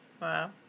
Wow